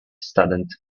student